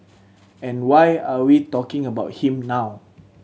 and why are we talking about him now